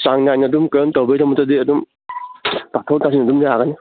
ꯆꯥꯡꯅꯥꯏꯅ ꯑꯗꯨꯝ ꯀꯩꯅꯣ ꯑꯗꯨꯝ ꯇꯥꯊꯣꯛ ꯇꯥꯁꯤꯟ ꯑꯗꯨꯝ ꯌꯥꯒꯅꯤ